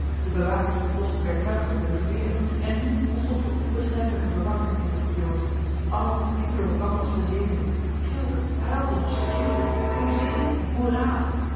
de bewakers losten werktuigelijk hunne geweren en nu ontstond er eene onbeschrijfelijke verwarring in den troep jongens allen liepen door elkander als bezetenen gilden huilden of schreeuwden hoezee en hoera